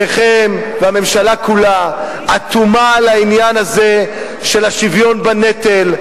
שניכם והממשלה כולה אטומים לעניין הזה של השוויון בנטל.